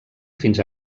fins